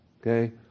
okay